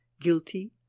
guilty